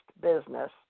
business